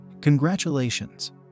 Congratulations